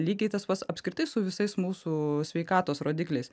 lygiai tas pats apskritai su visais mūsų sveikatos rodikliais